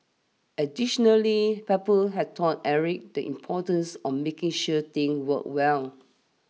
additionally Pebble had taught Eric the importance of making sure things worked well